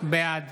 בעד